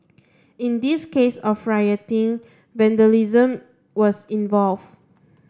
in this case of rioting vandalism was involve